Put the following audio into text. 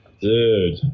Dude